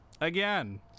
again